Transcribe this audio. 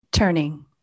Turning